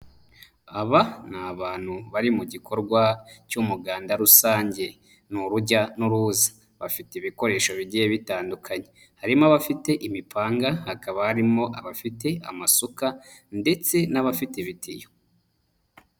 Aba ni abantu bari mu gikorwa cy'umuganda rusange ni urujya n'uruza, bafite ibikoresho bigiye bitandukanye harimo abafite imipanga, hakaba harimo abafite amasuka ndetse n'abafite ibitiyo.